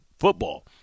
football